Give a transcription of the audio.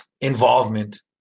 involvement